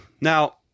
Now